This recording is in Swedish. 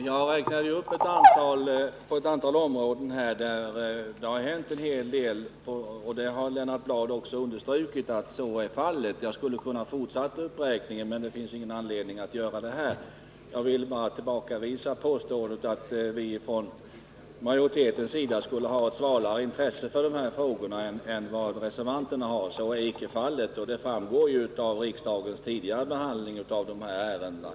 Herr talman! Jag räknade upp ett antal områden där det har hänt en hel del, och Lennart Bladh har också understrukit att så är fallet. Jag skulle ha kunnat fortsätta uppräkningen, men det finns ingen anledning att göra det här. Jag vill bara tillbakavisa påståendet att vi från majoritetens sida skulle ha ett svalare intresse för de här frågorna än reservanterna har. Så är inte fallet, och det framgår av riksdagens tidigare behandling av de här ärendena.